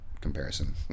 comparison